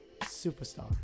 Superstar